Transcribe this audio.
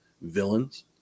villains